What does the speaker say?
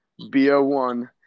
bo1